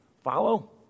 Follow